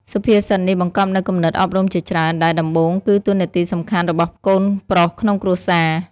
សុភាសិតនេះបង្កប់នូវគំនិតអប់រំជាច្រើន ដែលដំបូងគឺតួនាទីសំខាន់របស់កូនប្រុសក្នុងគ្រួសារ។